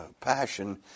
passion